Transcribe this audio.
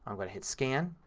um but to hit scan